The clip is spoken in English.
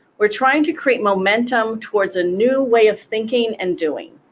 we're trying to create momentum towards a new way of thinking and doing.